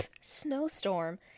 snowstorm